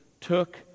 took